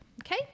Okay